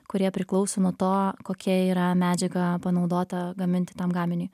kurie priklauso nuo to kokia yra medžiaga panaudota gaminti tam gaminiui